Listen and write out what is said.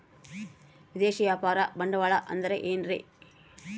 ವಿದೇಶಿಯ ವ್ಯಾಪಾರ ಬಂಡವಾಳ ಅಂದರೆ ಏನ್ರಿ?